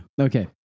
Okay